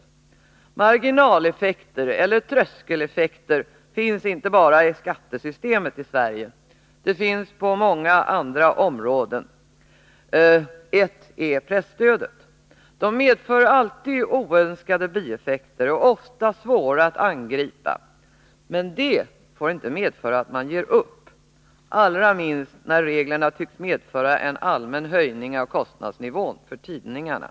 Marginaleffekter eller tröskeleffekter finns inte bara i vårt skattesystem, utan de finns också på många andra områden, varav ett är presstödet. De medför alltid oönskade bieffekter och är ofta svåra att Nr 107 angripa, men det får inte medföra att man ger upp, allra minst när reglerna Torsdagen den tycks medföra en allmän höjning av kostnadsnivån för tidningarna.